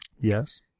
Yes